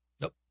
Nope